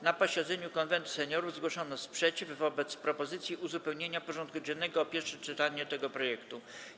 Na posiedzeniu Konwentu Seniorów zgłoszono sprzeciw wobec propozycji uzupełnienia porządku dziennego o pierwsze czytanie tego projektu.